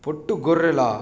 పొట్టు గొర్రెల